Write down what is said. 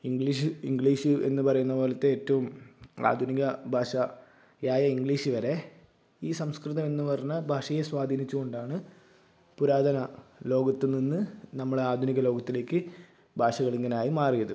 English English എന്ന് പറയുന്ന പോലത്തെ ഏറ്റവും ആധുനിക ഭാഷ ആയ ഇംഗ്ലീഷ് വരെ ഈ സംസ്കൃതം എന്ന് പറഞ്ഞ ഭാഷയെ സ്വാധിച്ചു കൊണ്ടാണ് പുരാതന ലോകത്ത് നിന്ന് നമ്മുടെ ആധുനിക ലോകത്തിലേക്ക് ഭാഷകള് ഇങ്ങനെ ആയി മാറിയത്